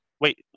Wait